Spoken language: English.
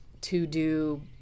to-do